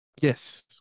Yes